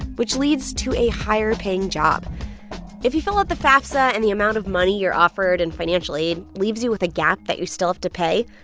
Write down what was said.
which leads to a higher-paying job if you fill out the fafsa and the amount of money you're offered in financial aid leaves you with a gap that you still have to pay,